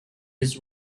his